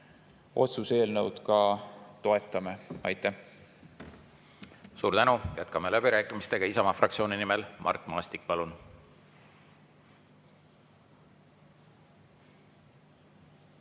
otsuse eelnõu ka toetame. Aitäh! Suur tänu! Jätkame läbirääkimistega. Isamaa fraktsiooni nimel Mart Maastik, palun!